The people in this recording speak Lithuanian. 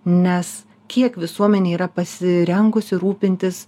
nes kiek visuomenė yra pasirengusi rūpintis